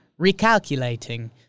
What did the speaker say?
recalculating